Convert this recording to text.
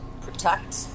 protect